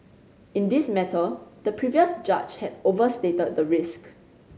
in this matter the previous judge had overstated the risk